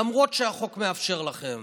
למרות שהחוק מאפשר לכם.